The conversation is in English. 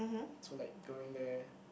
to like going there